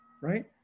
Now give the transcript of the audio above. right